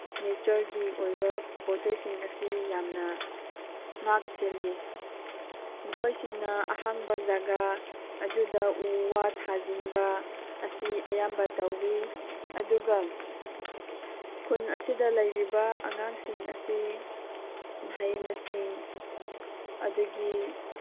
ꯅꯦꯆꯔꯒꯤ ꯑꯣꯏꯕ ꯄꯣꯠ ꯆꯩꯁꯤꯡ ꯑꯁꯤ ꯌꯥꯝꯅ ꯉꯥꯛ ꯁꯦꯜꯂꯤ ꯃꯈꯣꯏꯁꯤꯡꯅ ꯑꯍꯥꯡꯕ ꯖꯒꯥ ꯑꯗꯨꯗ ꯎ ꯋꯥ ꯊꯥꯖꯤꯟꯕ ꯑꯁꯤ ꯑꯌꯥꯝꯕ ꯇꯧꯋꯤ ꯑꯗꯨꯒ ꯈꯨꯟ ꯑꯁꯤꯗ ꯂꯩꯔꯤꯕ ꯑꯉꯥꯡꯁꯤꯡ ꯑꯁꯤ ꯃꯍꯩ ꯃꯁꯤꯡ ꯑꯗꯒꯤ